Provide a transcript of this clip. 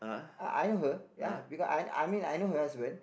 uh I know her ya because I I mean I know her husband